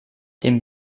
den